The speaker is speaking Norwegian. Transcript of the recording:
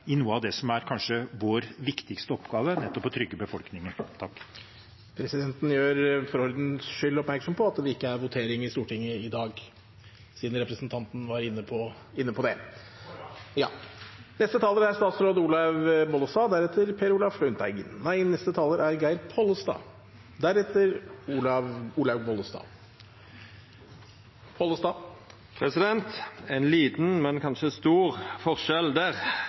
i noe av det som kanskje er vår viktigste oppgave, å trygge befolkningen. Presidenten gjør for ordens skyld oppmerksom på at det ikke er votering i Stortinget i dag, siden representanten var inne på det. Neste taler er Geir Pollestad, deretter Olav – nei, Olaug Bollestad. Ein liten, men kanskje stor, forskjell der!